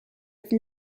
have